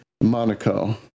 Monaco